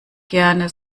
gerne